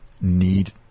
need